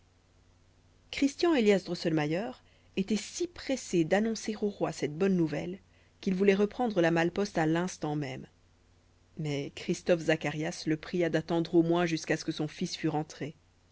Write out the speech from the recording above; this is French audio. christian élias drosselmayer était si pressé d'annoncer au roi cette bonne nouvelle qu'il voulait reprendre la malle-poste à l'instant même mais christophe zacharias le pria d'attendre au moins jusqu'à ce que son fils fût rentré